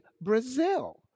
Brazil